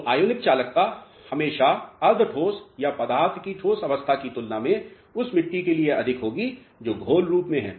तो ionic चालकता हमेशा अर्ध ठोस या पदार्थ की ठोस अवस्था की तुलना में उस मिट्टी के लिए अधिक होगी जो घोल रूप में है